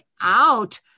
out